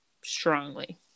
strongly